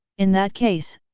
in that case,